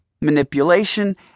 manipulation